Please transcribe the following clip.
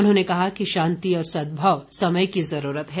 उन्होंने कहा कि शांति और सदभाव समय की जरूरत है